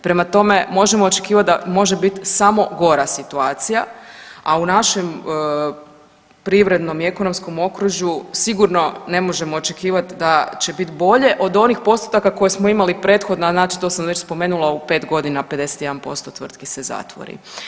Prema tome, možemo očekivat da može bit samo gora situacija, a u našem privrednom i ekonomskom okružju sigurno ne možemo očekivat da će bit bolje od onih postotaka koje smo imali prethodna, znači to sam već spomenula, u 5.g. 51% tvrtki se zatvori.